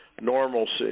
normalcy